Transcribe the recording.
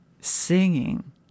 singing